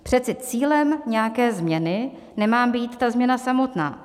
Přece cílem nějaké změny nemá být ta změna samotná.